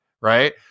right